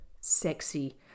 sexy